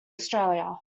australia